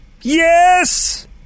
Yes